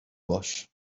باش